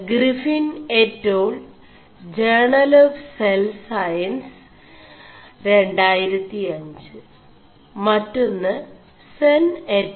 ഒM് Griffin et al journal of cell science 2005 Griffin et al Journal of Cell Science 2005 മൊM് െസൻ